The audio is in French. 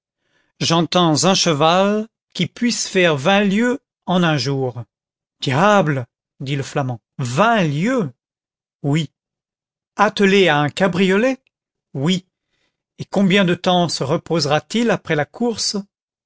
j'entends un cheval qui puisse faire vingt lieues en un jour diable fit le flamand vingt lieues oui attelé à un cabriolet oui et combien de temps se reposera t il après la course